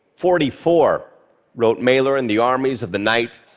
forty-four. wrote mailer in the armies of the night.